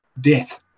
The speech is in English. death